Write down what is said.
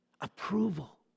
Approval